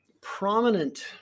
prominent